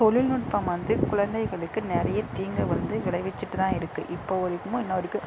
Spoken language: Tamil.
தொழில்நுட்பம் வந்து குழந்தைகளுக்கு நிறைய தீங்கை வந்து விளைவிச்சிட்டு தான் இருக்குது இப்போது வரைக்குமோ இன்னி வரைக்கும்